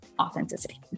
authenticity